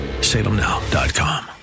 Salemnow.com